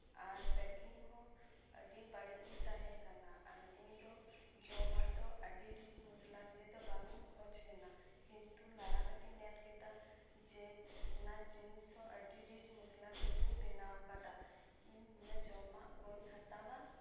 ᱟᱨ packing ᱦᱚᱸ ᱟᱰᱤ ᱵᱟᱲᱤᱡ ᱜᱮ ᱛᱟᱦᱮᱸ ᱠᱟᱱᱟ ᱟᱨ ᱤᱧ ᱫᱚ ᱡᱚᱢᱟᱜ ᱫᱚ ᱟᱰᱤ ᱨᱤᱪ ᱢᱚᱥᱞᱟ ᱫᱤᱭᱮ ᱫᱚ ᱵᱟᱝᱤᱧ ᱠᱷᱚᱡᱽ ᱞᱮᱱᱟ ᱠᱤᱱᱛᱩ ᱞᱟᱲᱟ ᱠᱟᱛᱮᱧ ᱧᱮᱞ ᱠᱮᱫᱟ ᱡᱮ ᱚᱱᱟ ᱡᱤᱱᱤᱥ ᱦᱚᱸ ᱟᱰᱤ ᱨᱤᱪ ᱢᱚᱥᱞᱟ ᱫᱤᱭᱮ ᱠᱚ ᱵᱮᱱᱟᱣ ᱤᱧ ᱱᱤᱭᱟᱹ ᱡᱚᱢᱟᱜ ᱵᱟᱹᱧ ᱦᱟᱛᱟᱣᱟ